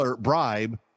bribe